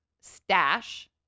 Stash